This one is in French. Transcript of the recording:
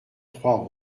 trois